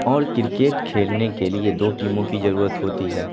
اور کرکٹ کھیلنے کے لیے دو ٹیموں کی ضرورت ہوتی ہے